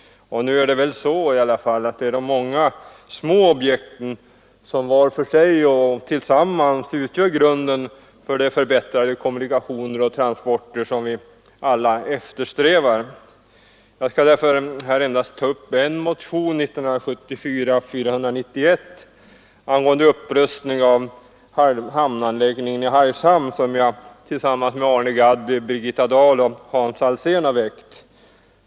Nu är det väl i alla fall de små objekten som var för sig och tillsammans utgör grunden för de förbättrade kommunikationer och transporter som vi alla eftersträvar. Jag skall här endast ta upp en motion, 1974:491 angående upprustning av hamnanläggningen i Hargshamn, som jag tillsammans med Arne Gadd, Birgitta Dahl och Hans Alsén har väckt.